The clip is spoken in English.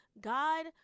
God